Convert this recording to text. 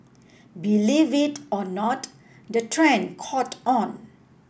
believe it or not the trend caught on